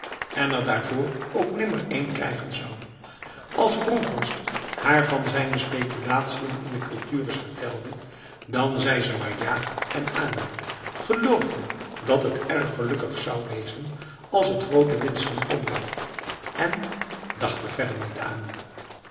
en er daarvoor ook nimmer een krijgen zouals bronkhorst haar van zijn speculatiën in de cultures vertelde dan zei ze maar ja en amen geloofde dat het erg gelukkig zou wezen als t grote winsten opbracht en dacht er verder niet aan